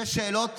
שש שאלות